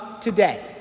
today